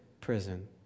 prison